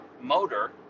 motor